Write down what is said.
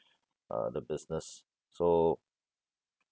uh the business so